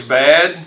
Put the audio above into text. bad